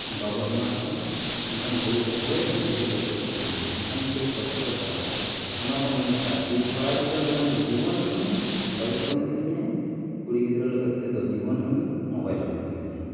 ᱵᱟᱵᱚ ᱮᱢᱟ ᱠᱚᱣᱟ ᱮᱱᱠᱷᱟᱱ ᱵᱷᱚᱵᱤᱥᱥᱛ ᱨᱮ ᱜᱤᱫᱽᱨᱟᱹ ᱵᱮᱥ ᱨᱮᱠᱚ ᱛᱟᱦᱮᱱᱟ ᱮᱱᱠᱷᱟᱱ ᱴᱷᱤᱠ ᱦᱚᱨ ᱛᱮᱠᱚ ᱪᱟᱞᱟᱜᱼᱟ ᱚᱱᱮᱠᱚ ᱢᱮᱱ ᱞᱮᱠᱟ ᱠᱚᱲᱟ ᱜᱤᱫᱽᱨᱟᱹ ᱞᱟᱹᱜᱤᱫ ᱫᱚ ᱡᱤᱵᱚᱱ ᱮᱢ ᱢᱮ ᱵᱟᱹᱭᱤᱠ ᱟᱞᱚᱢ ᱠᱤᱨᱤᱧᱟᱭᱟ ᱠᱩᱲᱤ ᱜᱤᱫᱽᱨᱟᱹ ᱞᱟᱹᱜᱤᱫ ᱛᱮᱫᱚ ᱡᱤᱵᱚᱱ ᱮᱢ ᱢᱮ ᱢᱳᱵᱟᱭᱤᱞ ᱟᱞᱚᱢ ᱠᱤᱨᱤᱧᱟᱭᱟ